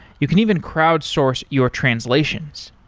you can even crowd source your translations.